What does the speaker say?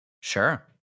Sure